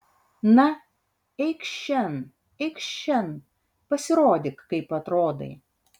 na eikš šen eikš šen pasirodyk kaip atrodai